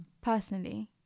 personally